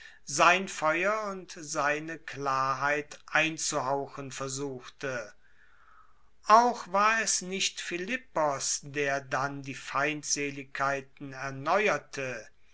sein feuer und seine klarheit einzuhauchen versuchte auch war es nicht philippos der dann die feindseligkeiten erneuerte